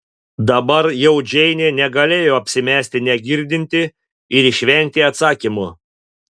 dabar jau džeinė negalėjo apsimesti negirdinti ir išvengti atsakymo